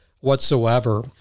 whatsoever